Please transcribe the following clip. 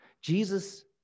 Jesus